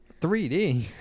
3D